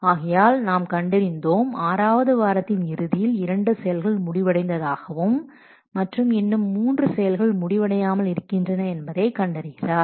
ஆகையால் நாம் கண்டறிந்தோம் ஆறாவது வாரத்தின் இறுதியில் இரண்டு செயல்கள் முடிவடைந்ததாகவும் மற்றும் இன்னும் 3 செயல்கள் முடிவடையாமல் இருக்கின்ற என்பதை கண்டறிகிறார்